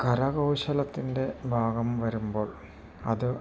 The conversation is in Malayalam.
കരകൗശലത്തിൻ്റെ ഭാഗം വരുമ്പോൾ അത്